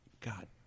god